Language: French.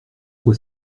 quoi